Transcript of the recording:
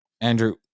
Andrew